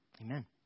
Amen